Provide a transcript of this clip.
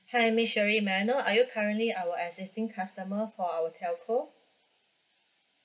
hi miss shelly may I know are you currently our existing customer for our telco